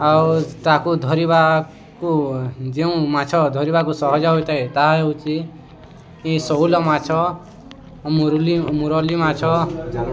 ଆଉ ତାକୁ ଧରିବାକୁ ଯେଉଁ ମାଛ ଧରିବାକୁ ସହଜ ହୋଇଥାଏ ତାହା ହେଉଚଛି ଏ ଶେଉଳ ମାଛ ରୁଲି ମୁୁରଲି ମାଛ